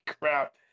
crap